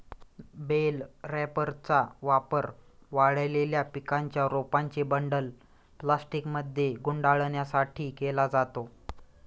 bell रॅपरचा वापर वाळलेल्या पिकांच्या रोपांचे बंडल प्लास्टिकमध्ये गुंडाळण्यासाठी केला जातो